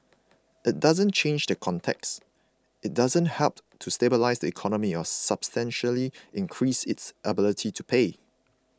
it doesn't change the context it doesn't help to stabilise the economy or substantially increase its ability to pay